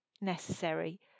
necessary